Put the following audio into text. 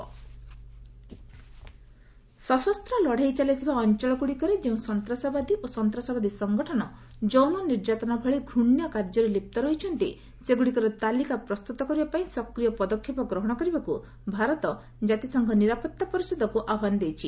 UN sanction terrorist ସଶସ୍ତ ଲଢ଼େଇ ଚାଲିଥିବା ଅଞ୍ଚଳଗୁଡ଼ିକରେ ଯେଉଁ ସନ୍ତାସବାଦୀ ଓ ସନ୍ତାସବାଦୀ ସଙ୍ଗଠନ ଯୌନ ନିର୍ଯାତନା ଭଳି ଘୃଣ୍ୟ କାର୍ଯ୍ୟରେ ଲିପ୍ତ ରହିଛନ୍ତି ସେଗୁଡ଼ିକର ତାଲିକା ପ୍ରସ୍ତୁତ କରିବାପାଇଁ ସକ୍ରିୟ ପଦକ୍ଷେପ ଗ୍ରହଣ କରିବାକୁ ଭାରତ କାତିସଂଘ ନିରାପତ୍ତା ପରିଷଦକୁ ଆହ୍ୱାନ ଦେଇଛି